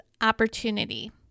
opportunity